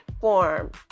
form